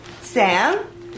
Sam